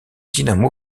dinamo